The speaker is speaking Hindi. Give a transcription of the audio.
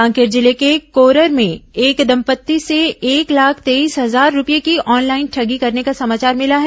कांकेर जिले के कोरर में एक दंपत्ति से एक लाख तेईस हजार रूपये की ऑनलाइन ठगी करने का समाचार मिला है